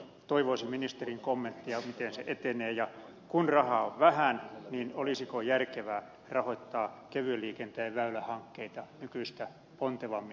siihenkin toivoisin ministerin kommenttia miten se etenee ja kun rahaa on vähän olisiko järkevää rahoittaa kevyen liikenteen väylähankkeita nykyistä pontevammin